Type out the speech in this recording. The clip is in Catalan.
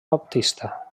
baptista